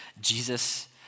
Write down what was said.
Jesus